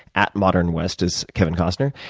at modernwest is kevin costner.